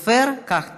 הסופר, כך טען,